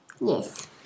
Yes